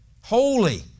Holy